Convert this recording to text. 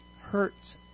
hurts